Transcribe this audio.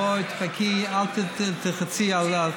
בואי תחכי, אל תלחצי עליי.